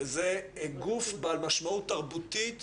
זה גוף בעל משמעות תרבותית